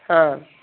ஆ